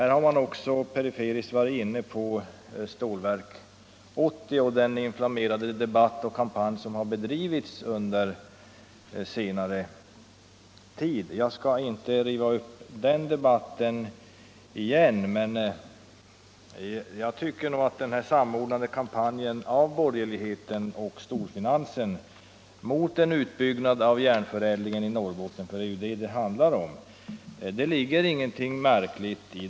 Här har man nu också litet periferiskt varit inne på Stålverk 80 och på den inflammerade debatt och kampanj som förekommit under senare tid. Jag skall nu inte riva upp den debatten igen utan konstaterar bara att borgerlighetens och storfinansens gemensamma kampanj mot en utbyggnad av järnförädlingen i Norrbotten — ty det är ju det som det här handlar om — inte är någonting märkligt.